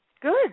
good